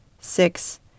six